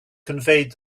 conveyed